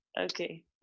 okay